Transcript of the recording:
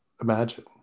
imagine